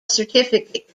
certificate